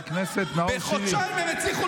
חבר הכנסת נאור שירי.